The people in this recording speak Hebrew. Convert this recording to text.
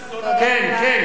יש הבדל,